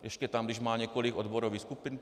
Ještě tam, když má několik odborových skupin?